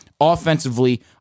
Offensively